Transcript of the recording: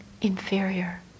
inferior